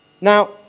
Now